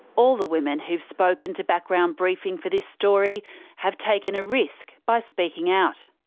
all the women who've spoken to background briefing for this story have taken a risk by speaking out.